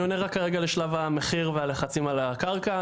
אני עונה כרגע רק לשלב המחיר והלחצים על הקרקע.